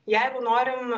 jeigu norim